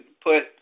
put